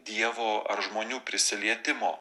dievo ar žmonių prisilietimo